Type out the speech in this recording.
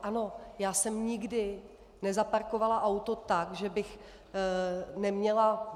Ano, já jsem nikdy nezaparkovala auto tak, že bych neměla...